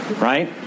right